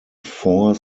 four